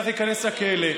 צריך להיכנס לכלא,